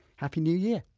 happy new year